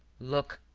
look!